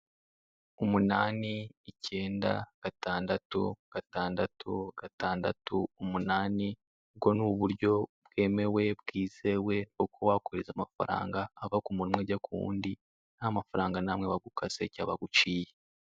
Umunani, ikenda, gatandatu, gatandatu, gatandatu, umunani , ubwo ni uburyo bwemewe bwizewe bwo kuba wakohereza amafaranga ava ku muntu umwe ajya kuwundi nta mafaranga n'amwe bagukase cyangwa baguciye.